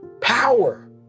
power